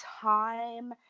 time